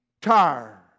tired